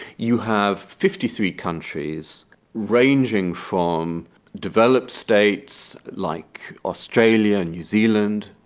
you have fifty three countries ranging from developed states like australia and new zealand,